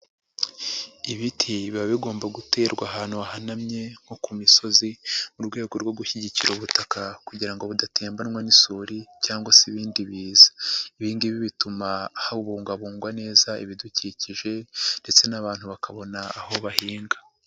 Ibiti biba bigomba guterwa ahantu hahanamye nko ku misozi mu rwego rwo gushyigikira ubutaka kugira ngo budatebanwa n'isuri cyangwa se ibindi biza. Ibi ngibi bituma habungabungwa neza ibidukikije ndetse n'abantu bakabona aho bahinga.